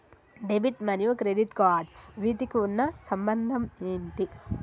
Debit మరియు credit cards వీటికి ఉన్న సంబంధం ఏంటి?